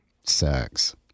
sex